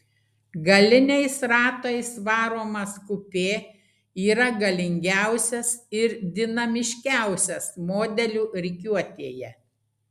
galiniais ratais varomas kupė yra galingiausias ir dinamiškiausias modelių rikiuotėje